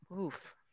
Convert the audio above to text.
oof